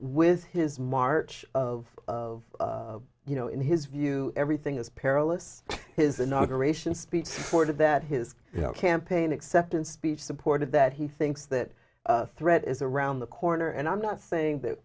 with his march of of you know in his view everything is perilous his inauguration speech that his campaign acceptance speech supported that he thinks that threat is around the corner and i'm not saying that